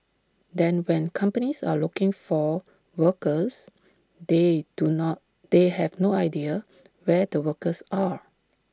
then when companies are looking for workers they do not they have no idea where the workers are